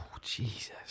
Jesus